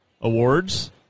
Awards